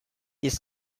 this